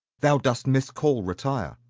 thou dost miscall retire.